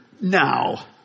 Now